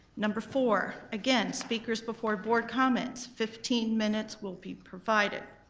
number four, again speakers before board comments, fifteen minutes will be provided.